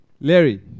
Larry